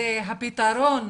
זה הפתרון